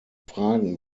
fragen